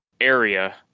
area